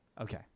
Okay